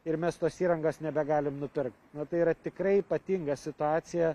ir mes tos įrangos nebegalim nupirkt o tai yra tikrai ypatinga situacija